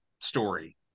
story